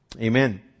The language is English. amen